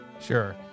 Sure